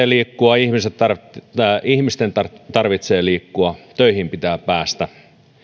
liikkua ihmisten tarvitsee liikkua töihin pitää päästä